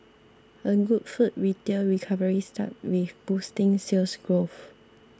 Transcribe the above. a good food retail recovery starts with boosting Sales Growth